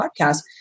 podcast